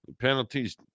penalties